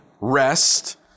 rest